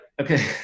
okay